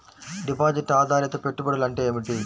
Deposit ఆధారిత పెట్టుబడులు అంటే ఏమిటి?